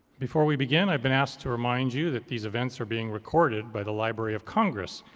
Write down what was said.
before we begin, i've been asked to remind you that these events are being recorded by the library of congress,